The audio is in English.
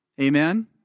Amen